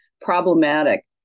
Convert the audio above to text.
problematic